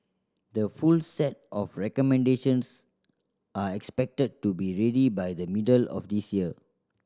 the full set of recommendations are expected to be ready by the middle of this year